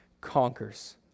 conquers